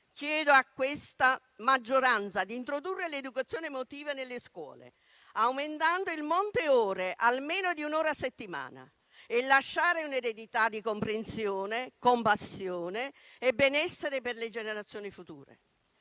chiedo a questa maggioranza di introdurre l'educazione emotiva nelle scuole, aumentando il monte ore almeno di un'ora a settimana e lasciare un'eredità di comprensione con passione e benessere per le generazioni future.